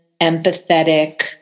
empathetic